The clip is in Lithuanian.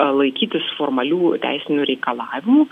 laikytis formalių teisinių reikalavimų